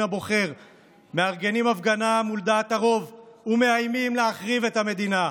הבוחר מארגנים הפגנה מול דעת הרוב ומאיימים להחריב את המדינה,